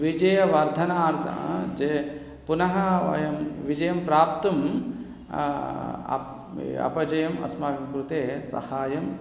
विजयवर्धनार्थं ये पुनः वयं विजयं प्राप्तुम् अप् अपजयम् अस्माकं कृते सहायम्